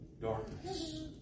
darkness